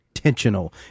intentional